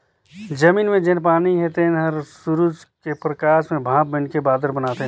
जमीन मे जेन पानी हे तेन हर सुरूज के परकास मे भांप बइनके बादर बनाथे